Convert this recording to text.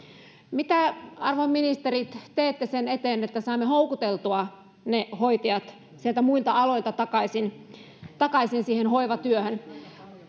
mitä arvon ministerit teette sen eteen että saamme houkuteltua ne hoitajat sieltä muilta aloilta takaisin takaisin hoivatyöhön